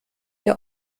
der